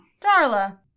Darla